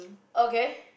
okay